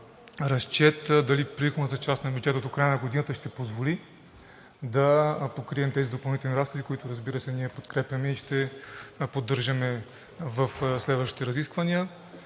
разчет, дали приходната част на бюджета до края на годината ще позволи да покрием тези допълнителни разходи, които, разбира се, ние подкрепяме и ще поддържаме в следващите разисквания?